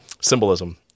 symbolism